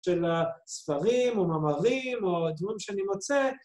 ‫של ספרים או מאמרים או דברים שאני מוצא.